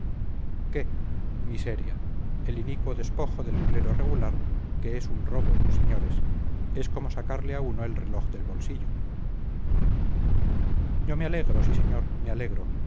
qué miseria el inicuo despojo del clero regular que es un robo señores es como sacarle a uno el reloj del bolsillo yo me alegro sí señor me alegro